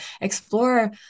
explore